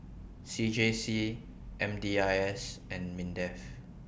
C J C M D I S and Mindef